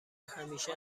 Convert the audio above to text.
همیشه